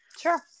sure